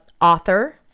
Author